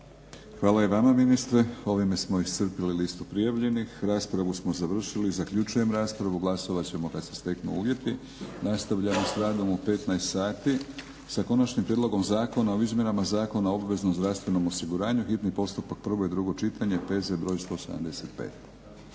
Hvala i vama ministre. Ovime smo iscrpili listu prijavljeni, raspravu smo završili. Zaključujem raspravu. Glasovat ćemo kad se steknu uvjeti. Nastavljamo s radom u 15,00 sati sa: Konačnim prijedlogom Zakona o izmjenama Zakona o obveznom zdravstvenom osiguranju, hitni postupak, prvo i drugo čitanje PZ.br. 175.